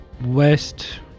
west